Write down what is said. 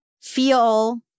feel